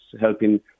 helping